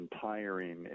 tiring